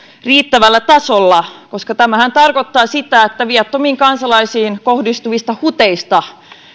riittävällä tasolla koska tämähän tarkoittaa sitä että viattomiin kansalaisiin kohdistuvista hudeista